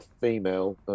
female